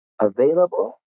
available